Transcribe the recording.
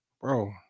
bro